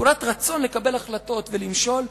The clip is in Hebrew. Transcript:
נטולת רצון לקבל החלטות ולמשול,